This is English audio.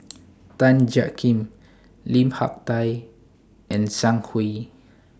Tan Jiak Kim Lim Hak Tai and Zhang Hui